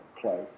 play